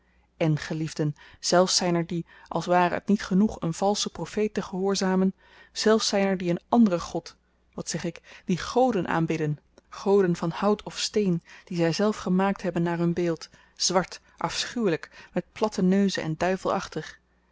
en geliefden zelfs zyn er die als ware het niet genoeg een valschen profeet te gehoorzamen zelfs zyn er die een anderen god wat zeg ik die goden aanbidden goden van hout of steen die zyzelf gemaakt hebben naar hun beeld zwart afschuwelyk met platte neuzen en